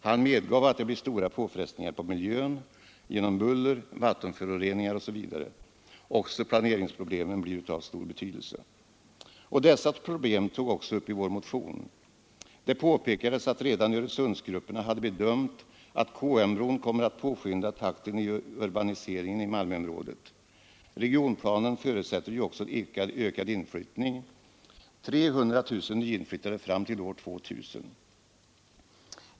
Han medgav att det blir stora påfrestningar på miljön genom buller, vattenföroreningar osv. Också planeringsproblemen blir av stor betydelse. Dessa problem togs också upp i vår motion. Det påpekades att redan Öresundsgrupperna hade bedömt att KM-bron kommer att påskynda takten i urbaniseringen i Malmöområdet. Regionplanen förutsätter ju också ökad inflyttning — 300 000 nyinflyttade fram till år 2000.